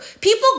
people